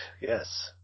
Yes